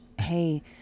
hey